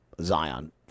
Zion